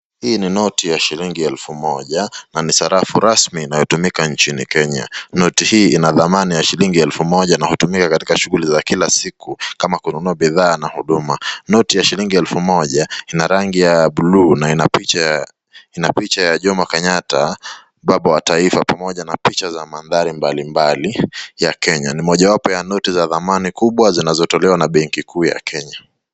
Hii ni noti ya shilingi elfu moja na ni sarafu rasmi inayo tumika nchini kenya. Noti hii ina thamana na shilingi elfu moja na hutumika katika shughuli za kila siku kama kununua bidhaa na huduma. Noti ya shilingi elfu moja ina rangi ya buluu na ina picha ya Jomo Kenyatta baba wa taifa pamoja na picha za mandhari mbali mbali ya kenya ni moja wapo ya noti za thamani kubwa zinazo tolewa na benki kuu ya kenya.